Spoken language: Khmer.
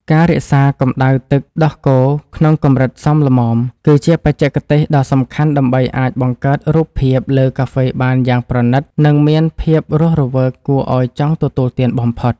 ការរក្សាកម្តៅទឹកដោះគោក្នុងកម្រិតសមល្មម គឺជាបច្ចេកទេសដ៏សំខាន់ដើម្បីអាចបង្កើតរូបភាពលើកាហ្វេបានយ៉ាងប្រណីត និង មានភាពរស់រវើកគួរឱ្យចង់ទទួលទានបំផុត។